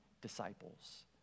disciples